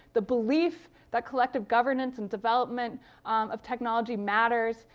the belief that collective governance and development of technology matters.